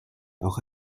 auch